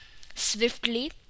swiftly